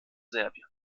serbien